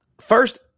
first